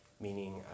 meaning